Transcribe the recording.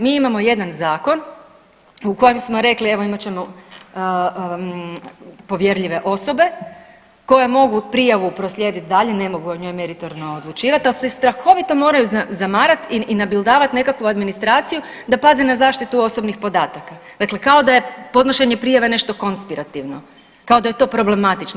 Mi imamo jedan zakon u kojem smo rekli evo imat ćemo povjerljive osobe koje mogu prijavu proslijedit dalje, ne mogu o njoj meritorno odlučivat, al se strahovito moraju zamarat i nabildavat nekakvu administraciju da paze na zaštitu osobnih podataka, dakle kao da je podnošenje prijave nešto konspirativno, kao da je to problematično.